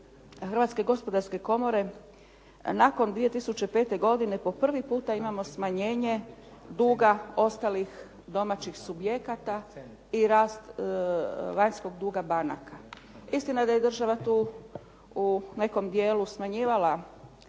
Hrvatske gospodarske komore, nakon 2005. godine po prvi puta imamo smanjenje duga ostalih domaćih subjekata i rast vanjskog duga banaka. Istina je da je država tu u nekom dijelu smanjivala